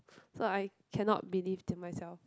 so I cannot believe in myself